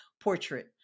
portrait